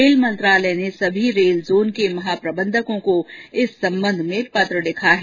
rail मंत्रालय ने सभी रेल जोन के महाप्रबंधकों को इस संबंध में पत्र लिखा है